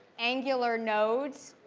angular nodes,